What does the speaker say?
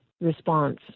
response